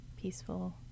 peaceful